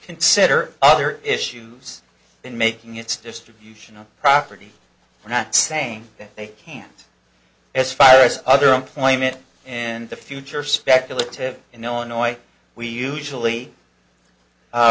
consider other issues in making its distribution of property we're not saying that they can't as far as other employment in the future speculative in illinois we usually